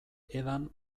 edan